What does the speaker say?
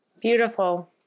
beautiful